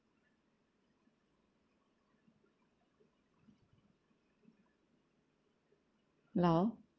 hello